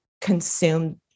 consume